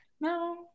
No